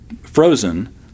frozen